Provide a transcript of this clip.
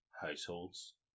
households